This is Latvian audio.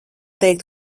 teikt